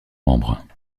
membres